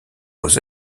vos